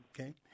okay